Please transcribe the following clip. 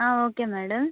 okay madam